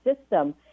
system